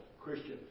Christian